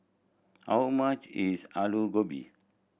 how much is Alu Gobi